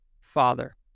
father